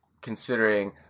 considering